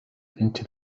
into